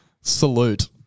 salute